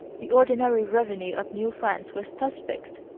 the ordinary revenue of new france was thus fixed,